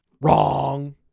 Wrong